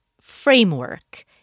framework